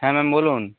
হ্যাঁ ম্যাম বলুন